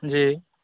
जी